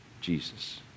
Jesus